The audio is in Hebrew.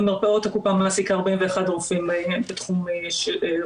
במרפאות הקופה מעסיקה 41 רופאים של רפואת